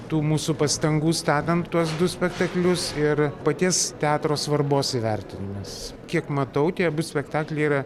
tų mūsų pastangų statant tuos du spektaklius ir paties teatro svarbos įvertinimas kiek matau tie abu spektakliai yra